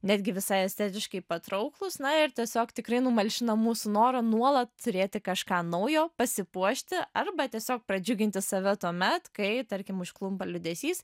netgi visai estetiškai patrauklūs na ir tiesiog tikrai numalšina mūsų norą nuolat turėti kažką naujo pasipuošti arba tiesiog pradžiuginti save tuomet kai tarkim užklumpa liūdesys